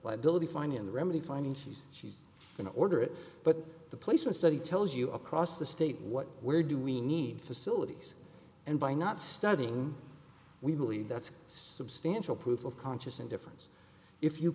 liability fine in the remedy finding she's she can order it but the placement study tells you across the state what where do we need facilities and by not studying we believe that's substantial proof of conscious indifference if you